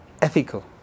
ethical